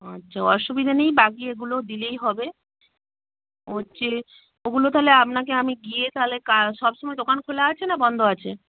আচ্ছা অসুবিধা নেই বাকি এগুলো দিলেই হবে হচ্ছে ওগুলো তাহলে আপনাকে আমি গিয়ে তাহলে সবসময় দোকান খোলা আছে না বন্ধ আছে